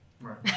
Right